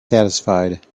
satisfied